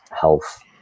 health